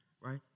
right